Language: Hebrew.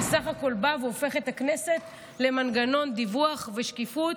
שבסך הכול הופך את הכנסת למנגנון דיווח ושקיפות